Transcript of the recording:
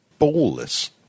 ballless